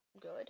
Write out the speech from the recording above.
good